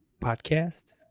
Podcast